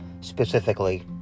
specifically